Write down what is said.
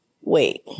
wait